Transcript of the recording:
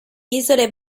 isole